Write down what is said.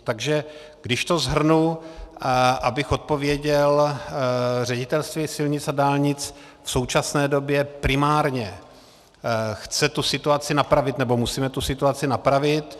Takže když to shrnu, abych odpověděl, Ředitelství silnic a dálnic v současné době primárně chce situaci napravit, nebo musíme tu situaci napravit.